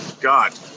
God